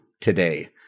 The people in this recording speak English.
today